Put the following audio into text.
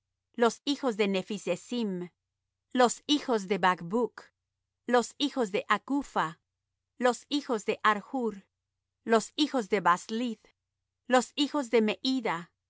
los hijos de siha los hijos de hasupha los hijos de thabaoth los hijos de chros los hijos de siaa los hijos de